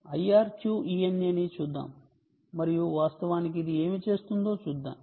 IRQ ENA ని చూద్దాం మరియు వాస్తవానికి ఇది ఏమి చేస్తుందో చూద్దాం